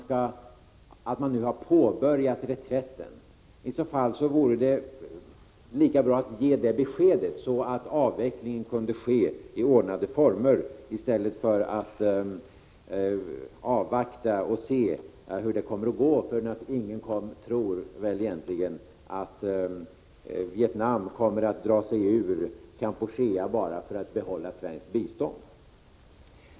Har man nu påbörjat reträtten? I så fall vore det lika bra att ge det beskedet, så att avvecklingen kunde ske i ordnade former i stället för att vi skall avvakta och se hur det kommer att gå. Ingen tror väl egentligen att Vietnam kommer att dra sig ur Kampuchea bara för att få behålla Sveriges bistånd.